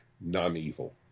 non-evil